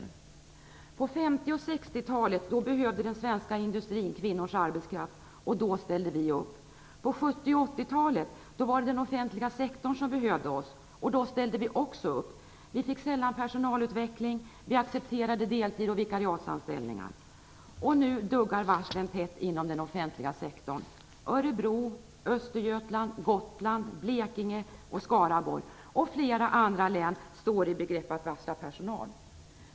På 1950 och 1960-talet behövde den svenska industrin kvinnors arbetskraft, och då ställde vi upp. På 1970 och 1980-talet var det den offentliga sektorn som behövde oss och då ställde vi också upp. Vi fick sällan någon personalutveckling. Vi accepterade deltid och vikariatsanställningar. Nu duggar varslen tätt inom den offentliga sektorn. Örebro, Östergötland, Gotland, Blekinge, Skaraborg och flera andra län står i begrepp att varsla personal.